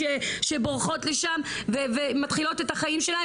שבורחות משם ומתחילות את החיים שלהן,